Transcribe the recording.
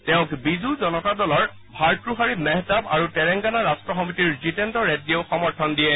তেওঁক বিজু জনতা দলৰ ভাৰ্টুহাৰী মেহটাব আৰু তেলেংগানা ৰাষ্ট সমিতিৰ জিতেন্দ্ৰ ৰেড্ডীয়ে সমৰ্থন দিয়ে